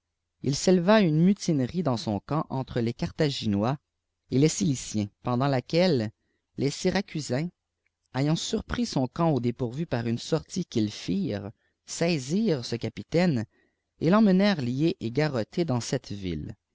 il séleya une mutineçe dans son camp entre les carthagittbis et les siciliens pendant laquelle les syracusains ayant surpris son camp jiu dépourvu par une sortie qu'ils firent saisirent ce capitâine et l'emmenèretit lié et garrotté dans cette vihe